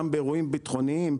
גם באירועים בטחוניים,